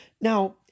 Now